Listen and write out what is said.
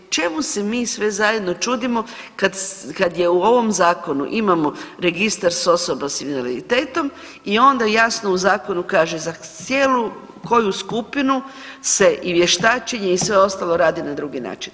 Čemu se mi sve zajedno čudimo kad u ovom zakonu imamo registar osoba sa invaliditetom i onda jasno u zakonu kaže za cijelu koju skupinu se i vještačenje i sve o ostalo radi na drugi način.